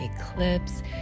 eclipse